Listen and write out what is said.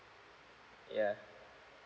yeah